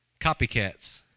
Copycats